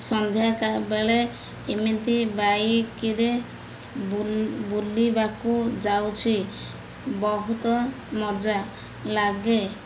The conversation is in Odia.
ସନ୍ଧ୍ୟା ବେଳେ ଏମିତି ବାଇକ୍ରେ ବୁଲିବାକୁ ଯାଉଛି ବହୁତ ମଜା ଲାଗେ